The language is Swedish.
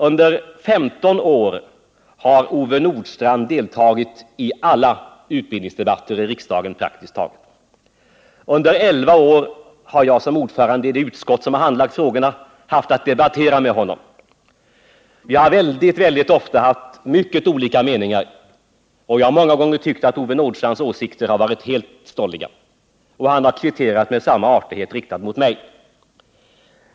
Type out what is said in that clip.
Under 15 år har Ove Nordstrandh deltagit i praktiskt taget alla utbildningsdebatter i riksdagen. Under 11 år har jag som ordförande i det utskott som har handlagt frågorna haft att debattera med honom. Vi har väldigt ofta haft mycket olika meningar. Jag har många gånger tyckt att Ove Nordstrandhs åsikter har varit helt stolliga, och han har kvitterat med samma artighet riktad mot mig.